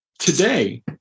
Today